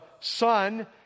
Son